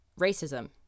racism